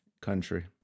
Country